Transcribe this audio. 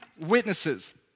witnesses